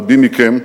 רבים מכם,